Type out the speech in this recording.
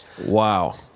Wow